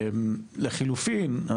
לחילופין,